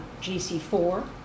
GC4